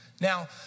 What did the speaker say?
Now